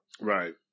Right